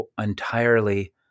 entirely